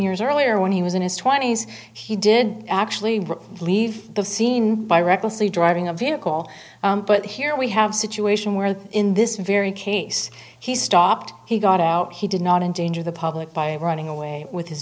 years earlier when he was in his twenty's he did actually leave the scene by recklessly driving a vehicle but here we have situation where in this very case he stopped he got out he did not endanger the public by running away with his